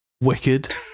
wicked